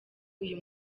uyu